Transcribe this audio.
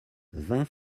vingt